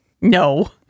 No